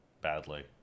Badly